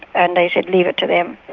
and they said, leave it to them.